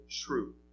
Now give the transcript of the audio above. true